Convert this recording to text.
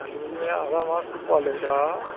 तैलु बी मैं आखदा हा महां तूं कालेज ते आ